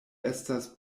estas